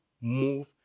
move